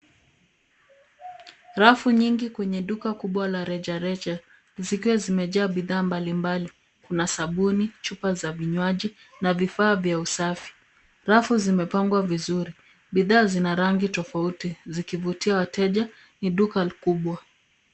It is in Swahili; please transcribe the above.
Rafu nyingi kwenye duka kubwa la rejareja, zikiwa zimejaa bidhaa mbalimbali. Kuna sabuni, chupa za vinywaji na vifaa vya usafi. Rafu zimepangwa vizuri. Bidhaa zina rangi tofauti zikivutia wateja. Ni duka kubwa.